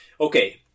Okay